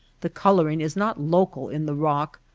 the coloring is not local in the rock,